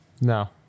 No